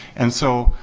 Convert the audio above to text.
and so,